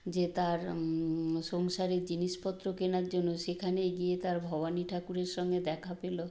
যে তার সংসারের জিনিসপত্র কেনার জন্য সেখানে গিয়ে তার ভবানী ঠাকুরের সঙ্গে দেখা পেলো